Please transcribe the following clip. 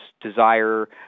desire